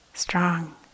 strong